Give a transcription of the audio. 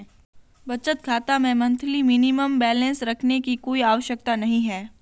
बचत खाता में मंथली मिनिमम बैलेंस रखने की कोई आवश्यकता नहीं है